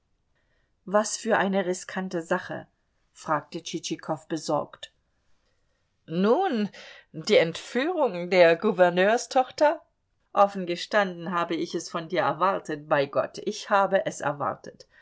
was für eine riskante sache fragte tschitschikow besorgt nun die entführung der gouverneurstochter offen gestanden habe ich es von dir erwartet bei gott ich habe es erwartet